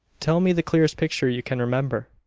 tell me the clearest picture you can remember,